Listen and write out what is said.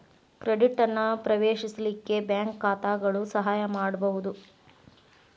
credit ಅನ್ನ ಪ್ರವೇಶಿಸಲಿಕ್ಕೆ bank ಖಾತಾಗಳು ಸಹಾಯ ಮಾಡ್ಬಹುದು